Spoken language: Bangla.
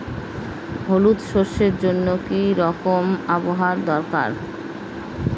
হলুদ সরষে জন্য কি রকম আবহাওয়ার দরকার?